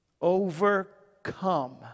overcome